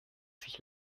sich